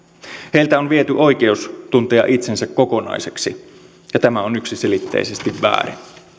heiltä on viety oikeus tuntea itsensä kokonaiseksi ja tämä on yksiselitteisesti väärin